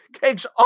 Cake's